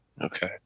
Okay